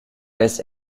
vez